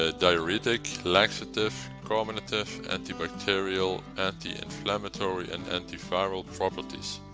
ah diuretic, laxative, carminative, antibacterial, anti-inflammatory and antiviral properties.